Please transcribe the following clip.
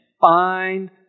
find